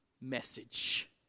message